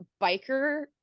biker